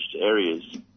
areas